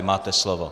Máte slovo.